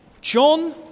John